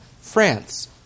france